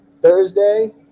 Thursday